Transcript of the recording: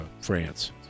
France